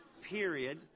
Period